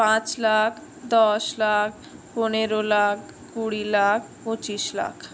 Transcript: পাঁচ লাখ দশ লাখ পনেরো লাখ কুড়ি লাখ পঁচিশ লাখ